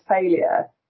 failure